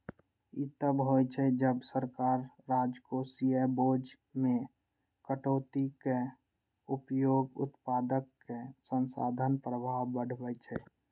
ई तब होइ छै, जब सरकार राजकोषीय बोझ मे कटौतीक उपयोग उत्पादक संसाधन प्रवाह बढ़बै छै